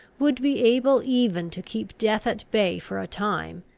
would be able even to keep death at bay for a time,